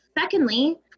Secondly